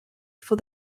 for